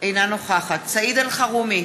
אינה נוכחת סעיד אלחרומי,